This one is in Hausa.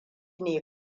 ne